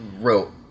wrote